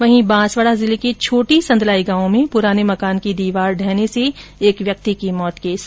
वहीं बांसवाड़ा जिले के छोटी संदलाई गांव में पुराने मकान की दीवार ढहने से एक व्यक्ति की मृत्यु हो गई